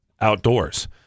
outdoors